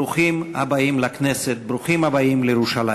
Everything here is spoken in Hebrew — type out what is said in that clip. ברוכים הבאים לכנסת, ברוכים הבאים לירושלים.